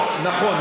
לא, נכון.